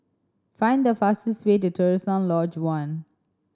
find the fastest way to Terusan Lodge One